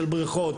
של בריכות,